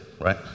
right